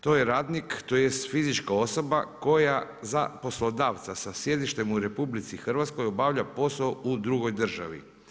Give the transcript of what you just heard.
To je radnik, tj. fizička osoba koja za poslodavca sa sjedištem u RH obavlja posao u drugoj državi.